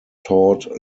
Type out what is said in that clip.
taught